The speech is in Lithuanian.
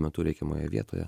metu reikiamoje vietoje